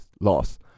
loss